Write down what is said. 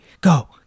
go